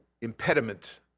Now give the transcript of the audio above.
impediment